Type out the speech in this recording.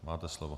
Máte slovo.